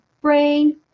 brain